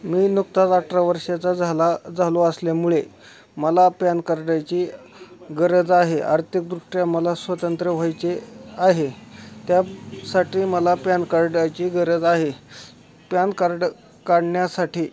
मी नुकताच अठरा वर्षांचा झाला झालो असल्यामुळे मला प्यॅन कार्डाची गरज आहे आर्थिकदृष्ट्या मला स्वतंत्र व्हायचे आहे त्यासाठी मला प्यॅन कार्डाची गरज आहे प्यॅन कार्ड काढण्यासाठी